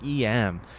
EM